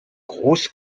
groß